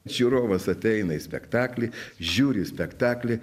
žiūrovas ateina į spektaklį žiūri į spektaklį